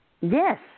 Yes